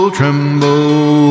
tremble